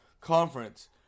conference